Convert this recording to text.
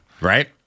Right